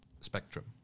spectrum